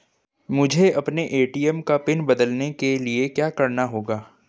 मुझे अपने ए.टी.एम का पिन बदलने के लिए क्या करना होगा?